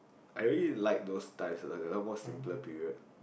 I really like those times when more simpler period